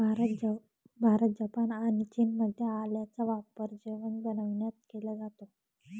Bharat, Japan आणि चीनमध्ये आल्याचा वापर जेवण बनविण्यात केला जातो